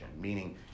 meaning